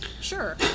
sure